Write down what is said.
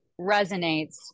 resonates